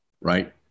right